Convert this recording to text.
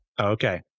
Okay